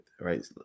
right